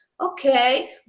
Okay